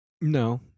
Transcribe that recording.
no